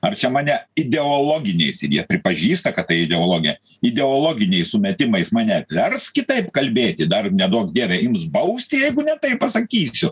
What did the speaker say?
ar čia mane ideologiniais pripažįsta kad tai ideologija ideologiniais sumetimais mane verskit taip kalbėti dar neduok dieve ims bausti jeigu ne taip pasakysiu